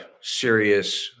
serious